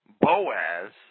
Boaz